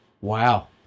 Wow